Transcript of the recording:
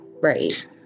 right